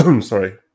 sorry